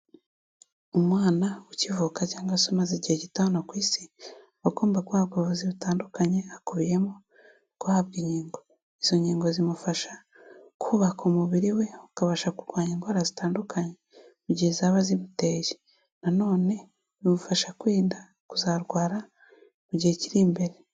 Umwana ukivuka cyangwa se umaze igihe gito hano ku isi aba agomba gubwa ubuvu butandukanye hakubiyemo guhabwa inkingo, izo nkingo zimufasha kubaka umubiri we ukabasha kurwanya indwara zitandukanye mu gihe zaba zimuteye, na none bimufasha kwirinda kuzarwara mu gihe kiri imbere.